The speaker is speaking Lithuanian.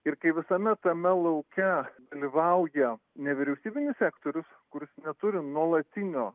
ir kai visame tame lauke dalyvauja nevyriausybinis sektorius kurs neturi nuolatinio